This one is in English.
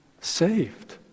saved